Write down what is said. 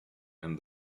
and